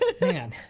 man